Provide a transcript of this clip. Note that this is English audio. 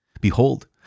Behold